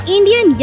Indian